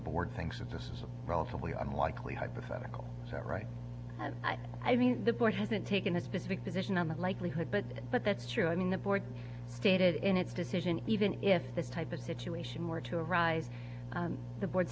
board thinks that this is a relatively unlikely hypothetical is that right and i i mean the bush hasn't taken a specific position on the likelihood but but that's true i mean the board stated in its decision even if the type of situation were to arise the board